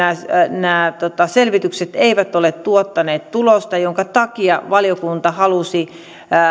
nämä selvitykset eivät ole tuottaneet tulosta minkä takia valiokunta halusi